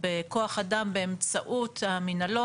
בכוח אדם באמצעות המנהלות.